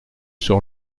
sur